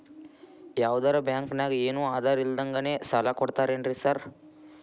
ಯಾವದರಾ ಬ್ಯಾಂಕ್ ನಾಗ ಏನು ಆಧಾರ್ ಇಲ್ದಂಗನೆ ಸಾಲ ಕೊಡ್ತಾರೆನ್ರಿ ಸಾರ್?